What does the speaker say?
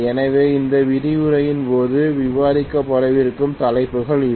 எனவே இந்த விரிவுரையின் போது விவாதிக்கப்படவிருக்கும் தலைப்புகள் இவை